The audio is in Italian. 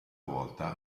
volta